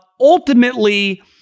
Ultimately